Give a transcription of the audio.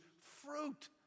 fruit